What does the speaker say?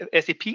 SAP